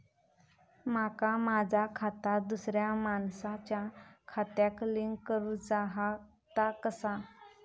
माका माझा खाता दुसऱ्या मानसाच्या खात्याक लिंक करूचा हा ता कसा?